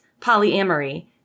polyamory